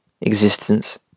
existence